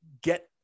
get